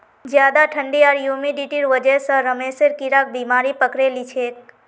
ज्यादा ठंडी आर ह्यूमिडिटीर वजह स रेशमेर कीड़ाक बीमारी पकड़े लिछेक